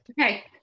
okay